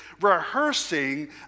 rehearsing